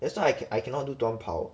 that's why I I cannot do 短跑